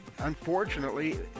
unfortunately